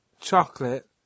chocolate